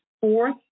fourth